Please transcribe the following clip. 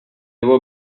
were